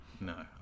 no